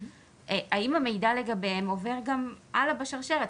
האם המידע לגביהם עובר גם הלאה בשרשרת?